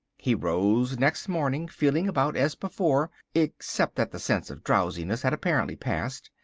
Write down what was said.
he rose next morning feeling about as before except that the sense of drowsiness had apparently passed,